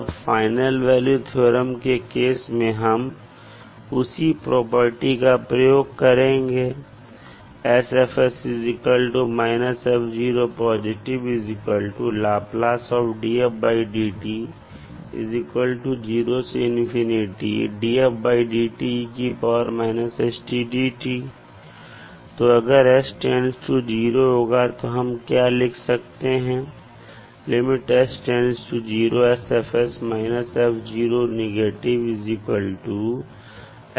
अब final value theorem के case में हम उसी प्रॉपर्टी का प्रयोग करेंगे अब अगर s → 0 होगा तो हम क्या लिख सकते हैं